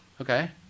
okay